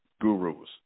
gurus